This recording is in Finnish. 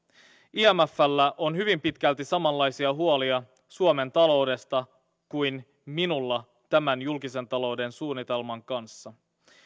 imfllä on hyvin pitkälti samanlaisia huolia suomen taloudesta kuin minulla tämän julkisen talouden suunnitelman kanssa